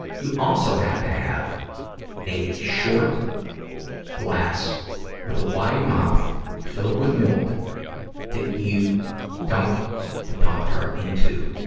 you also have to have a short glass with a wide mouth filled with milk that you dunk the pop tart into,